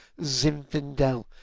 Zinfandel